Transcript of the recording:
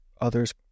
others